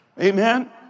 Amen